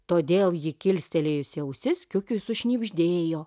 todėl ji kilstelėjusi ausis kiukiui sušnibždėjo